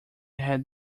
had